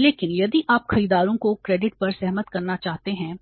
लेकिन यदि आप खरीदारों को क्रेडिट पर सहमत करना चाहते हैं